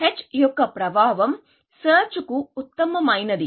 h యొక్క ప్రభావం search కు ఉత్తమమైనది